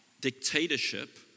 dictatorship